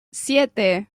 siete